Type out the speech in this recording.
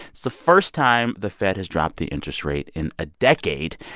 it's the first time the fed has dropped the interest rate in a decade.